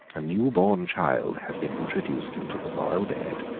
a new born child had been introduced into the royal bed,